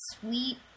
sweet